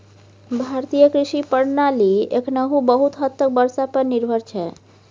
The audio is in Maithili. भारतीय कृषि प्रणाली एखनहुँ बहुत हद तक बर्षा पर निर्भर छै